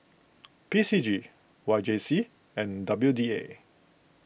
P C G Y J C and W D A